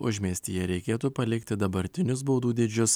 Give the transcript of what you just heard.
užmiestyje reikėtų palikti dabartinius baudų dydžius